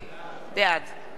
בעד אהוד ברק,